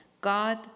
God